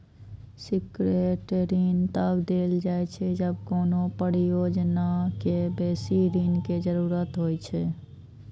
syndicate ऋण तब देल जाइ छै, जब कोनो परियोजना कें बेसी ऋण के जरूरत होइ छै